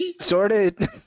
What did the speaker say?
Sorted